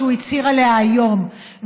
שהוא הצהיר עליה היום,